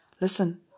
Listen